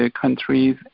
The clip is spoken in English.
countries